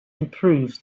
improves